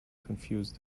confuse